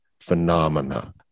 phenomena